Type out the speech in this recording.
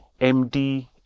MD